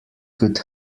could